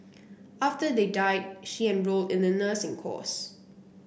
after they died she enrolled in the nursing course